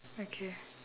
okay